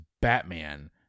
Batman